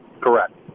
Correct